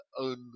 own